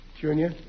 Junior